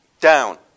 down